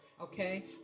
okay